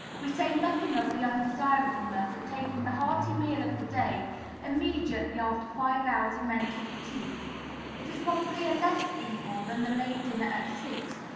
we say nothing of the undesirableness of taking the hearty meal of the day immediately after five hours of mental fatigue it is probably a less evil than the late dinner at six,